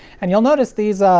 and you'll notice these, ah,